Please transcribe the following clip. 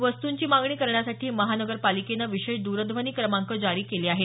वस्तुंची मागणी करण्यासाठी महानगर पालिकेनं विशेष द्रध्वनी क्रमांक जारी केले आहेत